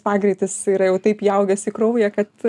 pagreitis yra jau taip įaugęs į kraują kad